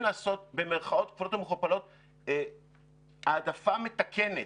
לעשות במירכאות כפולות ומכופלות העדפה מתקנת,